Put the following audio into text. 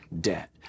debt